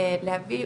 להביא,